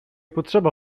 potrzeba